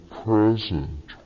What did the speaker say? present